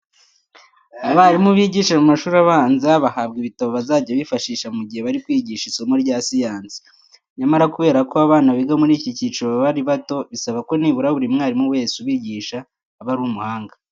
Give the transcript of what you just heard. Abarimu bigisha mu mashuri abanza bahabwa ibitabo bazajya bifashisha mu gihe bari kwigisha isomo rya siyansi. Nyamara kubera ko abana biga muri iki cyiciro baba ari bato, bisaba ko nibura buri mwarimu wese ubigisha aba ari umuhanga.